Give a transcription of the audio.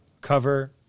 cover